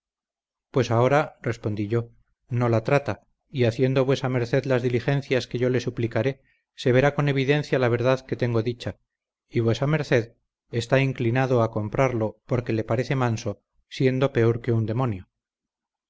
pues ahora respondí yo no la trata y haciendo vuesa merced las diligencias que yo le suplicaré se verá con evidencia la verdad que tengo dicha y vuesa merced está inclinado a comprarlo porque le parece manso siendo peor que un demonio